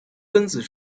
分子